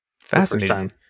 Fascinating